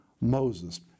Moses